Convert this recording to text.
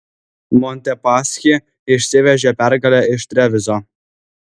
montepaschi išsivežė pergalę iš trevizo